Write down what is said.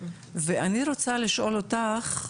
ואני רוצה לשאול אותך,